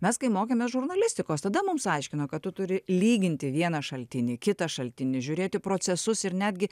mes kai mokėmės žurnalistikos tada mums aiškino kad tu turi lyginti vieną šaltinį kitą šaltinį žiūrėti procesus ir netgi